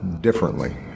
differently